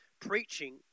preaching